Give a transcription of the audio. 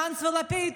גנץ ולפיד,